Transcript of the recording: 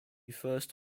first